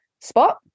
spot